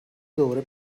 دوباره